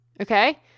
okay